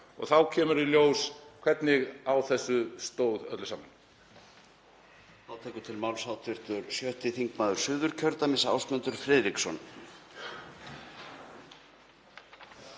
og þá kemur í ljós hvernig á þessu stóð öllu saman.